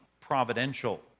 providential